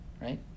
right